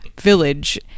village